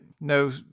no